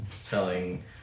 selling